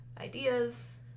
ideas